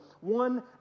one